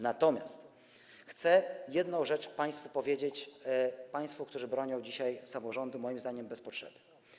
Natomiast chcę jedną rzecz powiedzieć państwu, którzy bronią dzisiaj samorządu, moim zdaniem, bez potrzeby.